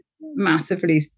massively